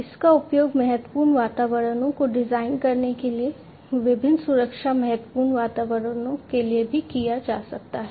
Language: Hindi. इसका उपयोग महत्वपूर्ण वातावरणों को डिजाइन करने के लिए विभिन्न सुरक्षा महत्वपूर्ण वातावरणों के लिए भी किया जा सकता है